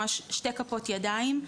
ממש שתי כפות ידיים,